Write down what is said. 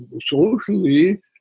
socially